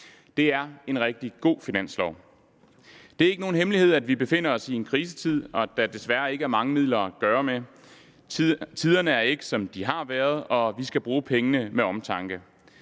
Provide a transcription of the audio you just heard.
Det er en rigtig god finanslov. Det er ikke nogen hemmelighed, at vi befinder os i en krisetid, og at der desværre ikke er mange midler at gøre godt med. Tiderne er ikke, som de har været, og vi skal bruge pengene med omtanke.